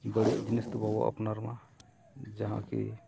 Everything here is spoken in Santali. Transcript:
ᱵᱟᱹᱲᱤᱡ ᱡᱤᱱᱤᱥ ᱫᱚ ᱵᱟᱵᱚᱱ ᱟᱯᱱᱟᱨ ᱢᱟ ᱡᱟᱦᱟᱸ ᱠᱤ